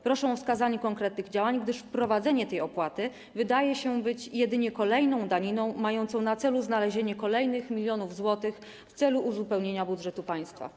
Proszę o wskazanie konkretnych działań, gdyż wprowadzenie tej opłaty wydaje się jedynie kolejną daniną mającą na celu znalezienie kolejnych milionów złotych w celu uzupełnienia budżetu państwa.